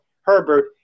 Herbert